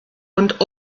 und